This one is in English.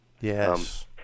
Yes